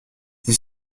les